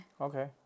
Okay